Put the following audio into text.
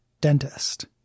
dentist